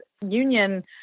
union